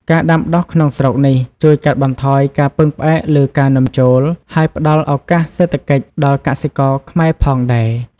ការដាំដុះក្នុងស្រុកនេះជួយកាត់បន្ថយការពឹងផ្អែកលើការនាំចូល ហើយផ្តល់ឱកាសសេដ្ឋកិច្ចដល់កសិករខ្មែរផងដែរ។